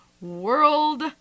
World